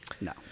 No